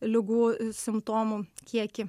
ligų simptomų kiekį